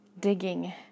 digging